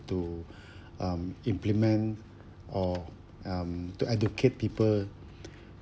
to um implement or um to educate people